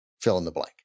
fill-in-the-blank